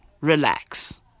relax